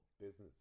business